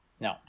No